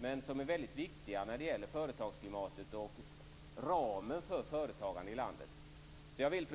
men som är väldigt viktiga när det gäller företagsklimatet och ramen för företagarna i landet. Fru talman!